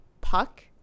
puck